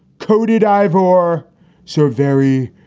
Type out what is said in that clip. coated eivor so very,